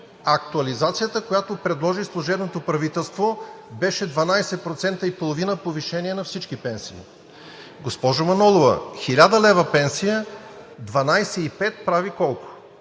актуализацията, която предложи служебното правителство, беше 12,5% повишение на всички пенсии. Госпожо Манолова, при 1000 лв. пенсия 12,5% прави колко